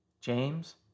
James